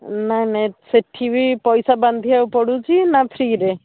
ନାଇଁ ନାଇଁ ସେଇଠି ବି ପଇସା ବାନ୍ଧିବାକୁ ପଡ଼ୁଛି ନାଁ ଫ୍ରିରେ